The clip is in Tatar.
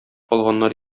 алганнар